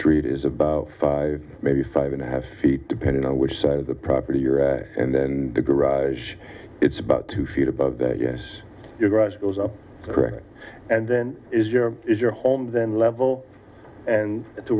street is about five maybe five and a half feet depending on which side of the property you're and then the garage it's about two feet above that yes your garage goes up correct and then is your is your home then level and to